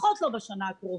לפחות לא בשנה הקרובה.